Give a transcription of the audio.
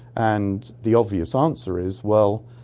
and the obvious answer is, well,